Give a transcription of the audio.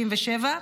1997,